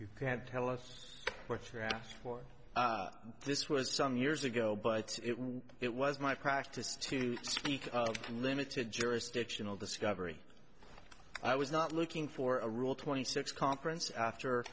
you can't tell us what you asked for this was some years ago but it was my practice to speak in limited jurisdictional discovery i was not looking for a rule twenty six conference after